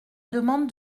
demande